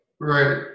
Right